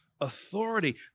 authority